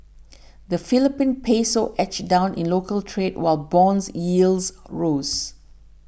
the Philippine Peso edged down in local trade while bond yields rose